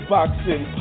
Boxing